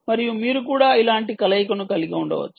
మరియు మీరు కూడా ఇలాంటి కలయికను కలిగి ఉండవచ్చు